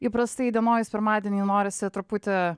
įprastai įdienojus pirmadienį norisi truputį